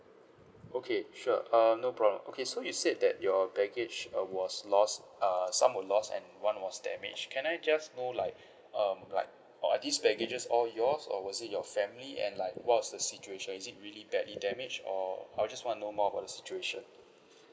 okay sure uh no problem okay so you said that your baggage uh was lost uh some were lost and one was damaged can I just know like um like or are these baggages all yours or was it your family and like what was the situation is it really badly damaged or I just want to know more about the situation